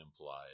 implied